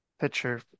picture